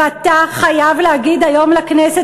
ואתה חייב להגיד היום לכנסת,